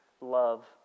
love